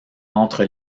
entre